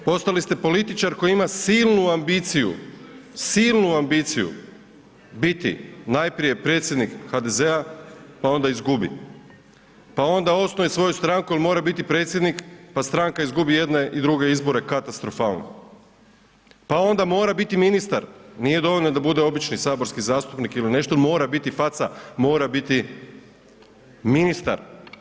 Postali ste političar koji ima silnu ambiciju, silnu ambiciju biti najprije predsjednik HDZ-a, pa onda izgubi, pa onda osnuje svoju stranku jer mora biti predsjednik, pa stranka izgubi jedne i druge izbore katastrofalno, pa onda mora biti ministar, nije dovoljno da bude obični saborski zastupnik ili nešto mora biti faca, mora biti ministar.